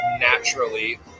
naturally